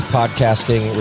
podcasting